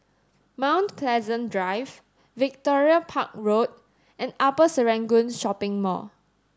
Mount Pleasant Drive Victoria Park Road and Upper Serangoon Shopping Mall